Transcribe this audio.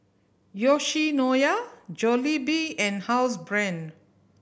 Yoshinoya Jollibee and Housebrand